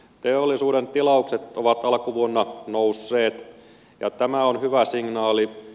teollisuuden tilaukset ovat alkuvuonna nousseet ja tämä on hyvä signaali